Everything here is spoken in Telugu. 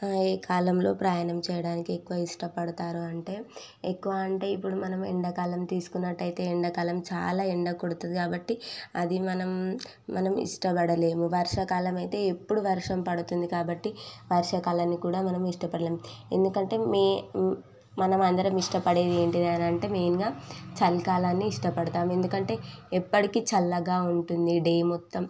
ఏ కాలంలో ప్రయాణం చేయడానికి ఎక్కువ ఇష్టపడతారు అంటే ఎక్కువ అంటే ఇప్పుడు మనం ఎండాకాలం తీసుకున్నట్టయితే ఎండాకాలం చాలా ఎండ కొడుతుంది కాబట్టి అది మనం మనం ఇష్టపడలేము వర్షాకాలం అయితే ఎప్పుడూ వర్షం పడుతుంది కాబట్టి వర్షాకాలన్ని కూడా మనం ఇష్టపడలేం ఎందుకంటే మే మనమందరం ఇష్టపడేది ఏంటిది అనంటే మెయిన్గా చలికాలాన్నే ఇష్టపడతాం ఎందుకంటే ఎప్పటికీ చల్లగా ఉంటుంది డే మొత్తం